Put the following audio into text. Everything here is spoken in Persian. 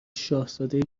شاهزاده